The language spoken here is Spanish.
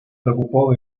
preocupó